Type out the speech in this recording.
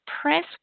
press